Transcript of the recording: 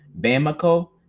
Bamako